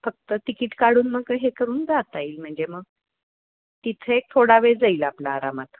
फक्त तिकीट काढून मग हे करून जाता येईल म्हणजे मग तिथे एक थोडा वेळ जाईल आपला आरामात